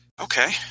Okay